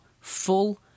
full